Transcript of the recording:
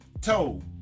toe